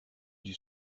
dut